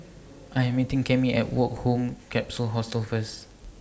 I Am meeting Cammie At Woke Home Capsule Hostel First